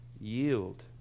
yield